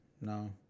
No